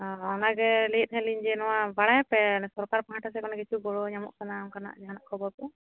ᱚᱱᱟ ᱜᱮ ᱞᱟᱹᱭᱮᱫ ᱛᱟᱦᱮᱫ ᱞᱤᱧ ᱡᱮ ᱱᱚᱶᱟ ᱵᱟᱲᱟᱭᱟᱯᱮ ᱚᱱᱟ ᱥᱚᱨᱠᱟᱨ ᱯᱟᱦᱟᱴᱟ ᱥᱮᱱ ᱠᱷᱚᱱᱟᱜ ᱠᱤᱪᱷᱩ ᱜᱚᱲᱚ ᱧᱟᱢᱚᱜ ᱠᱟᱱᱟ ᱚᱱᱠᱟᱱᱟᱜ ᱡᱟᱦᱟᱱᱟᱜ ᱠᱷᱚᱵᱚᱨ ᱠᱚ